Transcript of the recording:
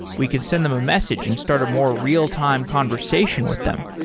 we could send them a message and start a more real-time conversation with them.